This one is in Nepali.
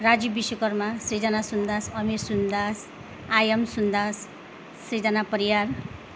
राजु विश्वकर्म सृजना सुन्दास अमीर सुन्दास आयम सुन्दास सृजना परियार